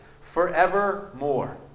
forevermore